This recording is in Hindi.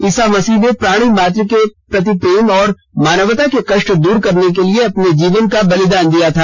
ईसा मसीह ने प्राणी मात्र के प्रति प्रेम और मानवता के कष्ट दूर करने के लिए अपने जीवन का बलिदान दिया था